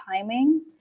timing